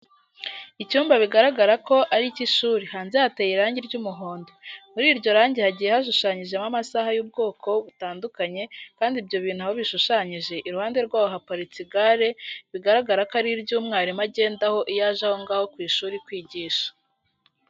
Icyumba bigaragara ko ari icy'ishuri, hanze hateye irangi ry'umuhondo. Muri iryo rangi hagiye hashushanyijemo amasaha y'ubwoko butandukanye kandi ibyo bintu aho bishushanyije, iruhande rwaho haparitse igare bigaragara ko ari iry'umwarimu agendaho iyo aje aho ngaho ku ishuri kwigisha.